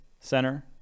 center